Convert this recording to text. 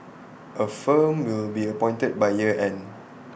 A firm will be appointed by year end